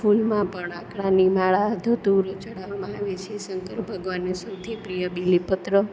ફૂલમાં પણ આંકડાની માળા ધતૂરો ચઢાવવામાં આવે છે શંકર ભગવાનને સૌથી પ્રિય બીલીપત્ર